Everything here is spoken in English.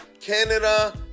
canada